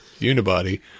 unibody